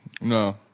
No